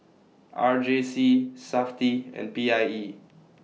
R J C Safti and P I E